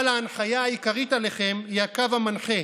אבל ההנחיה העיקרית אליכם היא הקו המנחה,